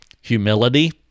humility